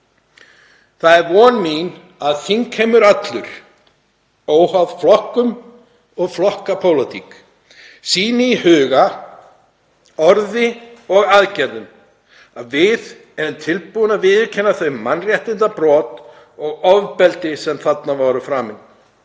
Það er von mín að þingheimur allur, óháð flokkum og flokkapólitík, sýni í huga, orði og aðgerðum að við erum tilbúin að viðurkenna þau mannréttindabrot og það ofbeldi sem þarna var framið.